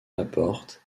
laporte